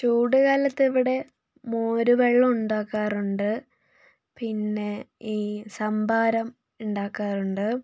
ചൂടുകാലത്ത് ഇവിടെ മൊരുവെള്ളം ഉണ്ടാക്കാറുണ്ട് പിന്നെ ഈ സംഭാരം ഉണ്ടാക്കാറുണ്ട്